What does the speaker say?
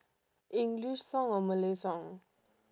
english song or malay song